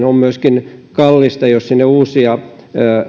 on kallista jos sinne uusia